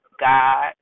God